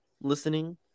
listening